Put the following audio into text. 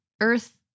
earth